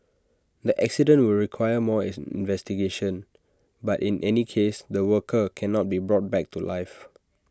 the accident will require more investigation but in any case the worker cannot be brought back to life